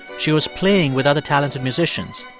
she was playing with other talented musicians.